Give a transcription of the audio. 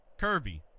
curvy